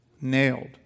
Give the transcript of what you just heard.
Nailed